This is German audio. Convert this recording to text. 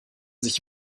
sich